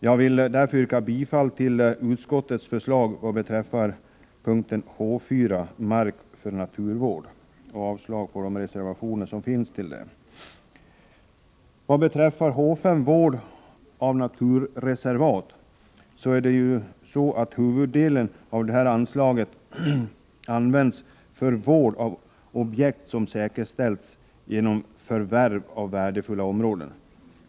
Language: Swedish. Jag vill därför yrka bifall till utskottets förslag vad beträffar punkten H 4 Mark för naturvård och avslag på de reservationer som fogats till denna punkt. Vad beträffar H 5 Vård av naturreservat, så har huvuddelen av det här anslaget använts för vård av objekt som säkerställts genom förvärv av värdefulla områden.